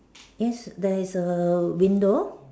yes there is a window